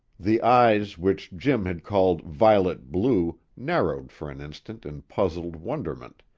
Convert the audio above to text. the eyes which jim had called violet blue narrowed for an instant in puzzled wonderment,